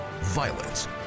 violence